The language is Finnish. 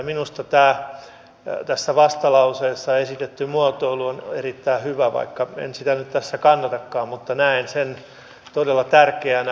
minusta tässä vastalauseessa esitetty muotoilu on erittäin hyvä vaikka en sitä nyt tässä kannatakaan mutta näen sen todella tärkeänä huolena